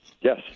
Yes